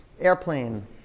Airplane